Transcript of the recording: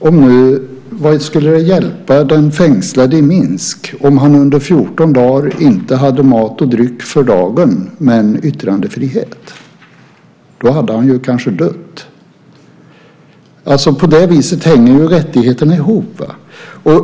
Vad skulle det hjälpa den fängslade i Minsk om han under fjorton dagar inte hade mat och dryck för dagen men yttrandefrihet? Då hade han kanske dött. På det viset hänger rättigheterna ihop.